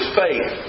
faith